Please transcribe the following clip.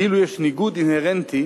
כאילו יש ניגוד אינהרנטי